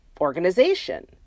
organization